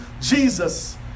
Jesus